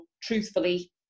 truthfully